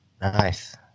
Nice